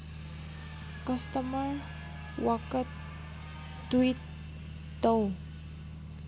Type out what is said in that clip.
customer ꯋꯥꯀꯠ tweet ꯇꯧ